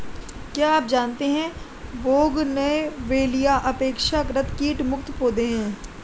क्या आप जानते है बोगनवेलिया अपेक्षाकृत कीट मुक्त पौधे हैं?